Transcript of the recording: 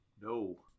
No